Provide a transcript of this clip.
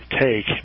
take